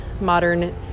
Modern